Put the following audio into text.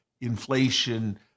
inflation